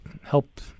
help